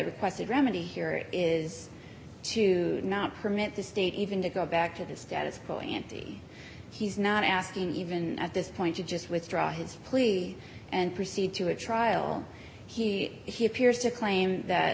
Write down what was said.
requested remedy here is to not permit the state even to go back to the status quo ante he's not asking even at this point to just withdraw his plea and proceed to a trial he he appears to claim that